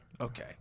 okay